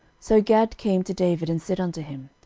so gad came to david, and said unto him,